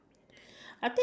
Newton